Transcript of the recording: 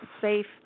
safe